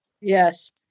Yes